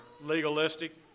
legalistic